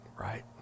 right